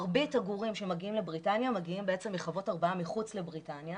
מרבית הגורים שמגיעים לבריטניה מגיעים מחוות הרבעה מחוץ לבריטניה,